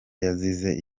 yazize